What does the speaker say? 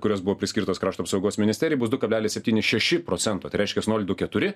kurios buvo priskirtos krašto apsaugos ministerijai bus du kablelis septyni šeši procento tai reiškias nol du keturi